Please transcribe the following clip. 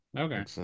Okay